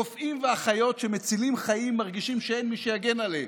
רופאים ואחיות שמצילים חיים מרגישים שאין מי שיגן עליהם.